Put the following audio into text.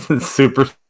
Super